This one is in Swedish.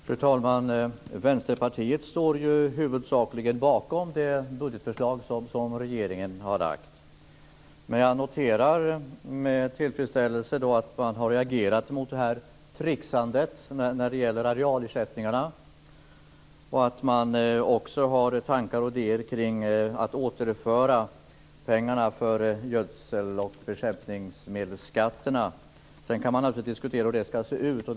Fru talman! Vänsterpartiet står ju huvudsakligen bakom det budgetförslag som regeringen har lagt fram. Jag noterar med tillfredsställelse att man har reagerat mot trixandet när det gäller arealersättningarna och att man också har tankar och idéer kring att återföra pengarna för gödsel och bekämpningsmedelsskatterna. Sedan kan man diskutera hur det ska se ut.